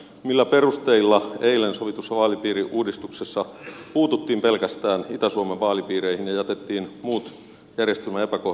millä perusteilla eilen sovitussa vaalipiiriuudistuksessa puututtiin pelkästään itä suomen vaalipiireihin ja jätettiin muut järjestelmän epäkohdat korjaamatta